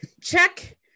check